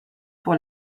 pour